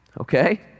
okay